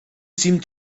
seemed